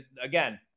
again